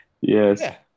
Yes